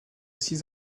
six